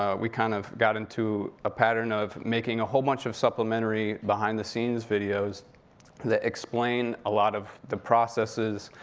ah we kind of got into a pattern of making a whole bunch of supplementary behind the scenes videos that explain a lot of the processes